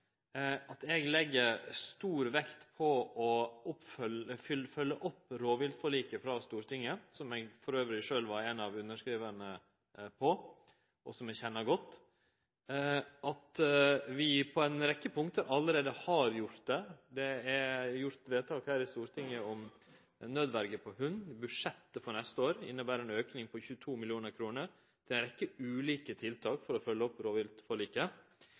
at eg legg stor vekt på å følgje opp rovviltforliket frå Stortinget – som eg elles sjølv var ein av underskrivarane på, og som eg kjenner godt – og at vi på ei rekkje punkt allereie har gjort det: Det er gjort vedtak her i Stortinget om nødverje for hund, budsjettet for neste år inneber ein auke på 22 mill. kr, det er sett i gong ei rekkje ulike tiltak for å følgje opp